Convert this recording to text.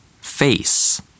Face